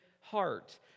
heart